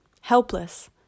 helpless